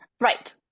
Right